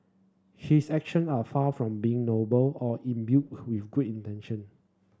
he is action are far from being noble or imbued with intention